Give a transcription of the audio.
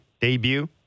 debut